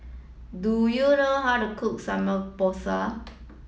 do you know how to cook Samgeyopsal